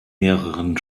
mehreren